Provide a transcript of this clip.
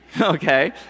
okay